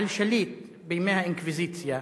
על שליט בימי האינקוויזיציה,